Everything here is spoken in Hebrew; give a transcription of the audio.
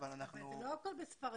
אבל אנחנו --- זה לא הכול בספרדית,